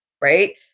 right